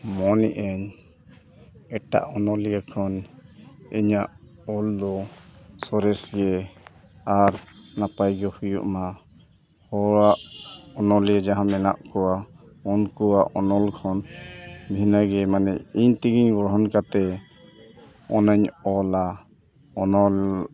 ᱢᱮᱱ ᱮᱫᱟᱹᱧ ᱮᱴᱟᱜ ᱚᱱᱚᱞᱤᱭᱟᱹ ᱠᱷᱚᱱ ᱤᱧᱟᱹᱜ ᱚᱞ ᱫᱚ ᱥᱚᱨᱮᱥ ᱜᱮ ᱟᱨ ᱱᱟᱯᱟᱭ ᱜᱮ ᱦᱩᱭᱩᱜᱼᱟ ᱦᱚᱲᱟᱜ ᱚᱱᱚᱞᱤᱭᱟᱹ ᱡᱟᱦᱟᱸ ᱢᱮᱱᱟᱜ ᱠᱚᱣᱟ ᱩᱱᱠᱩᱣᱟᱜ ᱚᱱᱚᱞ ᱠᱷᱚᱱ ᱵᱷᱤᱱᱟᱹᱜᱮ ᱢᱟᱱᱮ ᱤᱧ ᱛᱮᱜᱮᱧ ᱜᱚᱲᱦᱚᱱ ᱠᱟᱛᱮᱫ ᱚᱱᱟᱧ ᱚᱞᱟ ᱚᱱᱚᱞ